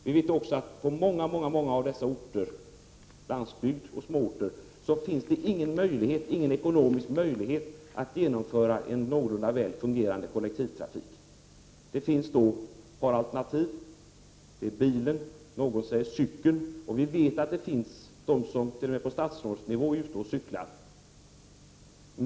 Vi vet också att på många platser — på landsbygden och i småorter — finns det ingen ekonomisk möjlighet att genomföra en någorlunda väl fungerande kollektivtrafik. Det finns då ett par alternativ. Det ena är bilen, och någon säger cykeln — vi vet att det finns de, t.o.m. på statsrådsnivå, som är ute och cyklar.